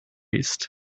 east